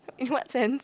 in what sense